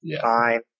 Fine